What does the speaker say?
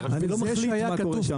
אני לא מחליט מה קורה שם.